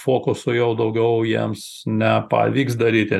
fokusų jau daugiau jiems nepavyks daryti